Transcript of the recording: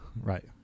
Right